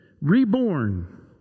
Reborn